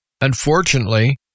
Unfortunately